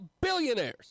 billionaires